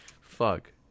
Fuck